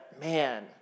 man